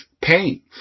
pain